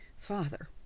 Father